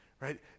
right